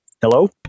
hello